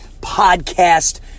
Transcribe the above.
Podcast